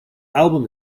album